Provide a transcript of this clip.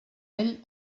ell